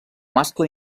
mascle